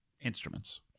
instruments